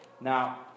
Now